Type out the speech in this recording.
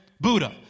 Buddha